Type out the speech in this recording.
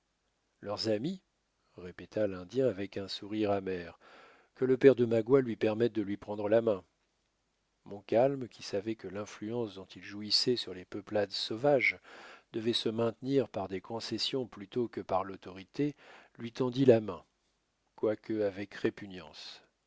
leurs amis répéta l'indien avec un sourire amer que le père de magua lui permette de lui prendre la main montcalm qui savait que l'influence dont il jouissait sur les peuplades sauvages devait se maintenir par des concessions plutôt que par l'autorité lui tendit la main quoique avec répugnance